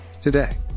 today